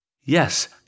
Yes